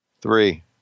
three